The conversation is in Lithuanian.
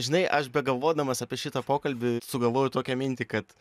žinai aš begalvodamas apie šitą pokalbį sugalvojau tokią mintį kad